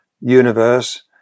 universe